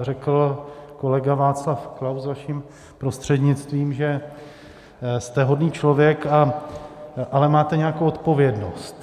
řekl kolega Václav Klaus vaším prostřednictvím, že jste hodný člověk, ale máte nějakou odpovědnost.